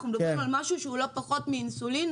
אנחנו מדברים על משהו שהוא לא פחות מאינסולין,